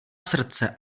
srdce